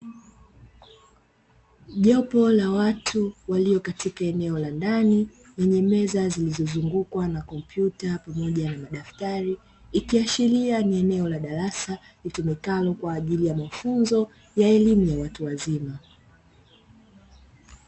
Jopo la watu waliopo katika eneo la ndani, lenye meza zilizozungukwa na kompyuta pamoja na daftari, ikiashiria ni eneo la darasa litumikalo kwa ajili ya mafunzo ya elimu ya watu wazima.